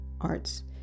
arts